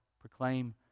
proclaim